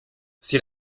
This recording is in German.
sie